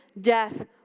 death